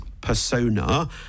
persona